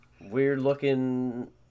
weird-looking